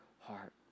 heart